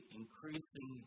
increasing